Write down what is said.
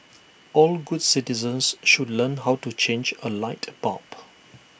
all good citizens should learn how to change A light bulb